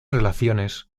relaciones